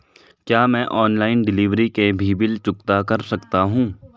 क्या मैं online delivery के भी बिल चुकता कर सकता हूँ?